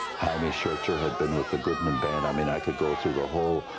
hymie schertzer had been with the goodman band, i mean i could go through the whole,